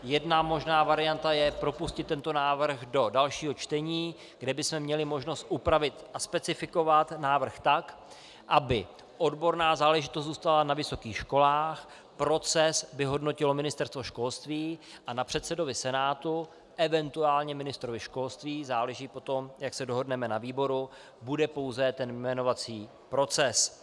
Jedna možná varianta je propustit tento návrh do dalšího čtení, kde bychom měli možnost upravit a specifikovat návrh tak, aby odborná záležitost zůstala na vysokých školách, proces by hodnotilo Ministerstvo školství a na předsedovi Senátu, eventuálně ministrovi školství záleží potom, jak se dohodneme na výboru bude pouze ten jmenovací proces.